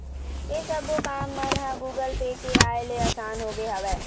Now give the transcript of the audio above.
ऐ सब्बो काम मन ह गुगल पे के आय ले असान होगे हवय